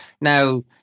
now